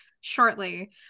shortly